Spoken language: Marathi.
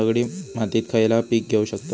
दगडी मातीत खयला पीक घेव शकताव?